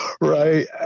right